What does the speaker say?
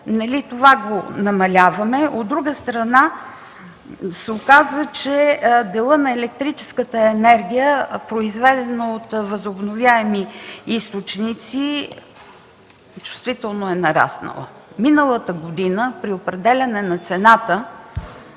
Това намаляваме. От друга страна се оказва, че делът на електроенергията, произведена от възобновяеми източници, чувствително е нараснал. Миналата година при определяне на цената